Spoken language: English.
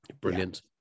brilliant